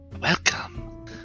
Welcome